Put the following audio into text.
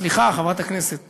סליחה, חברת הכנסת